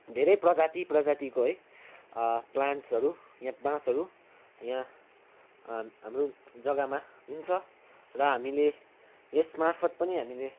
धेरै प्रजाति प्रजातिको है प्लान्टसहरू यहाँ बाँसहरू यहाँ हाम्रो जग्गामा हुन्छ र हामीले यस मार्फत पनि हामीले